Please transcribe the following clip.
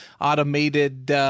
automated